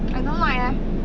I don't like eh